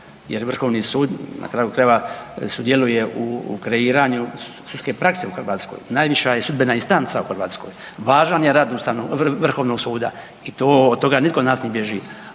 jer Vrhovni sud na kraju krajeva sudjeluje u kreiranju sudske prakse u Hrvatskoj, najviša je sudbena instanca u Hrvatskoj, važan je rad Vrhovnog suda i to, od toga nitko od nas ne bježi,